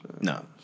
no